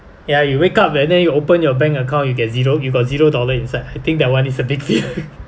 ya you wake up and then you open your bank account you get zero you got zero dollar inside I think that one is a big fear